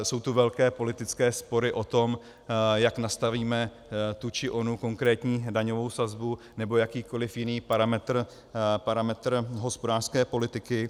Jsou tu velké politické spory o tom, jak nastavíme tu či onu konkrétní daňovou sazbu nebo jakýkoliv jiný parametr hospodářské politiky.